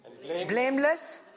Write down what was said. blameless